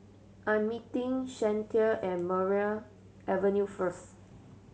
I'm meeting Shantell at Maria Avenue first